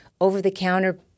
over-the-counter